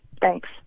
Thanks